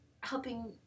helping